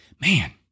man